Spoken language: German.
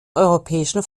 europäischen